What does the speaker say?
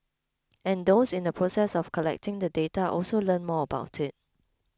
and those in the process of collecting the data also learn more about it